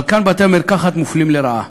אבל כאן בתי-המרקחת מופלים לרעה.